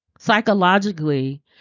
psychologically